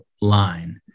line